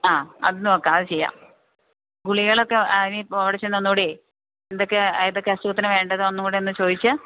ആ അത് നോക്കാം അത് ചെയ്യാം ഗുളികകളൊക്കെ ഇനി പൊളിച്ച് ഒന്നുകൂടി എന്തൊക്കെ ഏതൊക്കെ അസുഖത്തിന് വേണ്ടതാണെന്ന് ഒന്നുകൂടെ ഒന്ന് ചോദിച്ച്